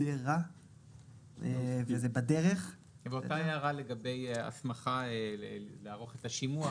אז אותה ההערה לגבי הסמכה לערוך את השימוע,